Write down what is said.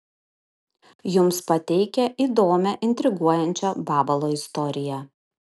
jums pateikia įdomią intriguojančią vabalo istoriją